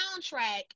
soundtrack